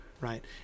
right